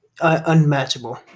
unmatchable